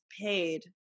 paid